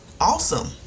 awesome